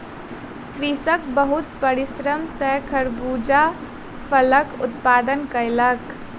कृषक बहुत परिश्रम सॅ खरबूजा फलक उत्पादन कयलक